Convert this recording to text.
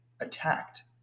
attacked